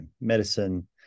medicine